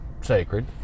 sacred